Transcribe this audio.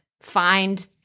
find